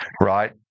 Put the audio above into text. right